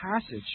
passage